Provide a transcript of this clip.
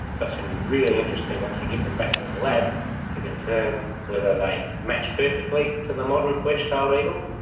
so it's going to be really interesting once we get them back to the lab to confirm whether they match perfectly to the modern wedge-tailed eagle,